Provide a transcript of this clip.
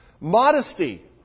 Modesty